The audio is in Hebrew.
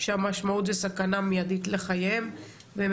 שהמשמעות זה סכנה מידית לחייהם והם